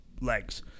legs